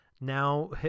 now